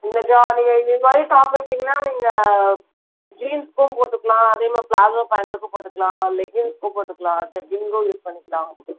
இந்த ஜா நீங்கள் இந்தமாதிரி டாப் எடுத்திங்கன்னால் நீங்கள் ஜீன்ஸ்க்கும் போட்டுக்கலாம் அதேமாதிரி ப்ளாசோ பேண்ட்டுக்கும் போட்டுக்கலாம் லெகின்ஸ்க்கும் போட்டுக்கலாம் ஜெகின்கும் யூஸ் பண்ணிக்கலாம்